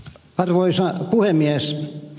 arvoisa puhemies